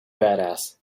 badass